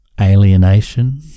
alienation